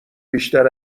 بیشتر